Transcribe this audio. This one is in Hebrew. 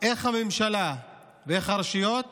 איך הממשלה ואיך הרשויות